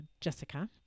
Jessica